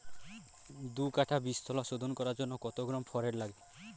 দু কাটা বীজতলা শোধন করার জন্য কত গ্রাম ফোরেট লাগে?